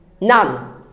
None